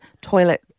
toilet